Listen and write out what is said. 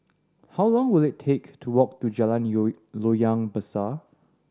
how long will it take to walk to Jalan Loyang Besar